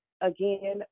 Again